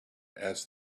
asked